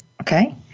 Okay